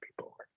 people